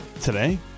Today